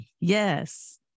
Yes